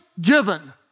given